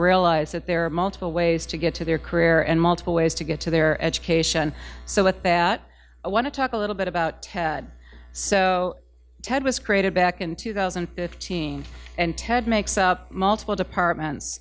realize that there are multiple ways to get to their career and multiple ways to get to their education so with that i want to talk a little bit about ted so ted was created back in two thousand and thirteen and ted makes up multiple departments